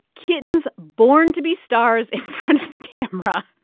kittens born to be stars in front of the camera.